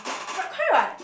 right correct [what]